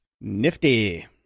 Nifty